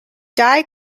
die